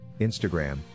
Instagram